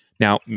Now